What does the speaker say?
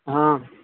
ہاں